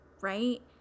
Right